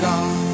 God